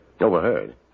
Overheard